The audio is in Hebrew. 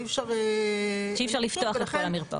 שאי אפשר לפתוח את המרפאות.